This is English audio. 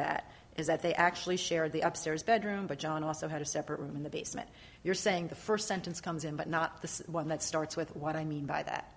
that is that they actually share the upstairs bedroom but john also had a separate room in the basement you're saying the first sentence comes in but not the one that starts with what i mean by that